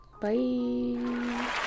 Bye